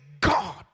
God